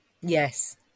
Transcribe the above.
Yes